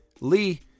Lee